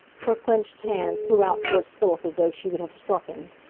her clenched hand flew out towards philip as though she would have struck him.